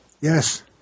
Yes